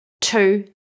Two